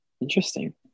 Interesting